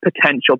potential